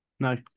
No